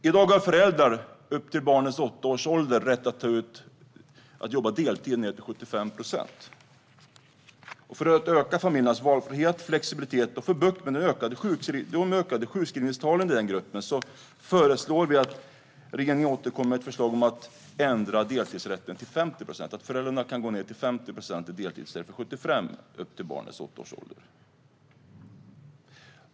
I dag har föräldrar rätt att jobba deltid - ned till 75 procent - tills barnet är åtta år. För att öka familjernas valfrihet och flexibilitet och för att få bukt med de ökade sjukskrivningstalen i den gruppen föreslår vi att regeringen återkommer med ett förslag om att göra en ändring så att föräldrar har rätt att gå ned till deltid på 50 procent i stället för 75 procent tills barnet är åtta år.